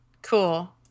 Cool